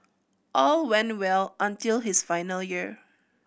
all went well until his final year